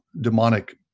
demonic